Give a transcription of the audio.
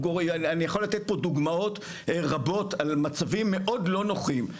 אני יכול לתת פה דוגמאות רבות על מצבים מאוד לא נוחים.